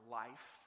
life